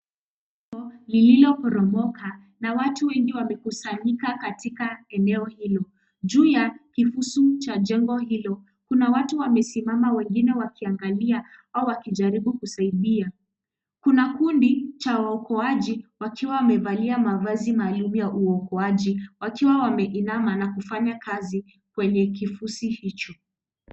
Jengo, lililoporomoka na watu wengi wamekusanyika katika eneo hilo. Juu ya kifusi cha jengo hilo, kuna watu wamesimama, wengine wakiangalia au wakijaribu kusaidia. Kuna kundi cha waokoaji wakiwa wamevalia mavazi maalum ya uokoaji. Wakiwa wameinama na kufanya kazi kwenye kifusi hicho.